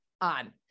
on